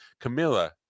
camilla